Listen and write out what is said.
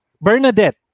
Bernadette